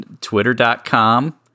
twitter.com